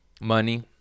Money